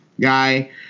guy